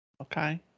Okay